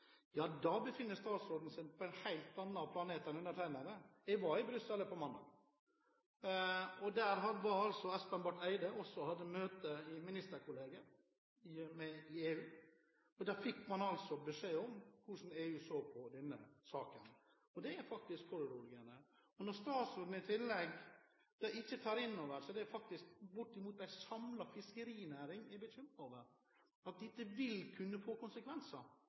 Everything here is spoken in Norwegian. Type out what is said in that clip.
Ja, da befinner statsråden seg på en helt annen planet enn undertegnede. Jeg var i Brussel på mandag. Der var også Espen Barth Eide og hadde møte i ministerkollegiet i EU. Da fikk man beskjed om hvordan EU så på denne saken. Det er foruroligende. I tillegg tar statsråden ikke inn over seg det som bortimot en samlet fiskerinæring er bekymret over – at dette vil kunne få konsekvenser.